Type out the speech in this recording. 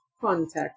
context